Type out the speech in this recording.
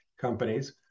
companies